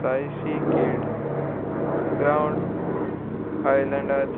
सायसी किल्ड ग्रावंड आयलंडात